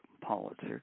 politics